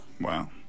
wow